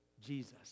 Jesus